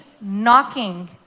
knocking